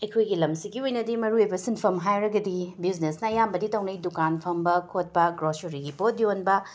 ꯑꯩꯈꯣꯏꯒꯤ ꯂꯝꯁꯤꯒꯤ ꯑꯣꯏꯅꯗꯤ ꯃꯔꯨ ꯑꯣꯏꯕ ꯁꯤꯟꯐꯝ ꯍꯥꯏꯔꯒꯗꯤ ꯕꯤꯖꯤꯅꯦꯁꯅ ꯑꯌꯥꯝꯕꯗꯤ ꯇꯧꯅꯩ ꯗꯨꯀꯥꯟ ꯐꯝꯕ ꯈꯣꯠꯄ ꯒ꯭ꯔꯣꯁꯔꯤꯒꯤ ꯄꯣꯠ ꯌꯣꯟꯕ